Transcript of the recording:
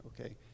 okay